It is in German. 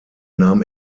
nahm